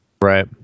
Right